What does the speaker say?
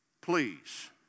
Please